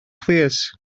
plîs